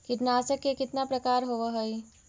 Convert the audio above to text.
कीटनाशक के कितना प्रकार होव हइ?